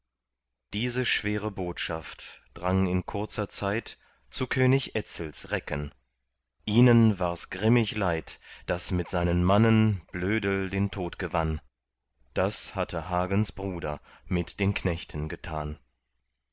diese schwere botschaft drang in kurzer zeit zu könig etzels recken ihnen wars grimmig leid daß mit seinen mannen blödel den tod gewann das hatte hagens bruder mit den knechten getan